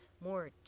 more